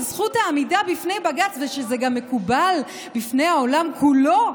זכות העמידה בפני בג"ץ ושזה גם מקובל בעולם כולו,